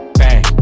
bang